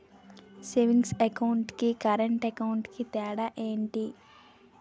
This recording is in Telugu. సేవింగ్స్ అకౌంట్ కి కరెంట్ అకౌంట్ కి తేడా ఏమిటి?